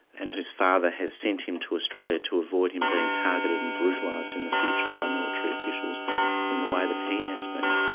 and whose father has sent him to australia to avoid him being targeted and brutalised in the future by military officials in the way that he has been.